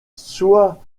soit